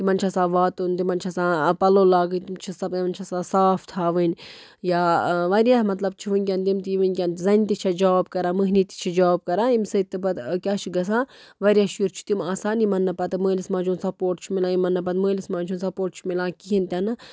تِمَن چھِ آسان واتُن تِمَن چھِ آسان پَلو لاگٕنۍ تِم چھِ تِمَن چھِ آسان صاف تھاوٕنۍ یا واریاہ مطلب چھِ وٕنۍکٮ۪ن تِم تہِ یِم وٕنۍکٮ۪ن زَنہِ تہِ چھےٚ جاب کَران مٔہنی تہِ چھِ جاب کَران اَمۍ سۭتۍ تہٕ پَتہٕ کیٛاہ چھُ گژھان واریاہ شُرۍ چھِ تِم آسان یِمَن نہٕ پَتہٕ مٲلِس ماجہِ ہُنٛد سَپوٹ چھُ میلان یِمَن نہٕ پَتہٕ مٲلِس ماجہِ ہُنٛد سَپوٹ چھُ میلان کِہیٖنۍ تہِ نہٕ